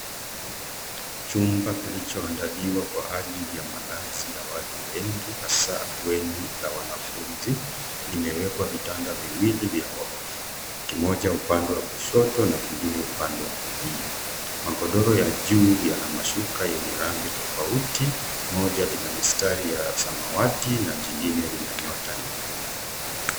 Chumba kilichoandaliwa kwa ajili ya malazi ya watu wengi, hasa bweni la wanafunzi. Limewekwa vitanda viwili vya ghorofa. Kimoja upande wa kushoto na kingine upande wa kulia. Magodoro ya juu yana mashuka yenye rangi tofauti, moja ina mistari ya samawati, na jingine lina nyota nyekundu.